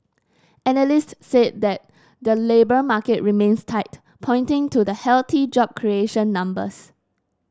analyst said that the labour market remains tight pointing to the healthy job creation numbers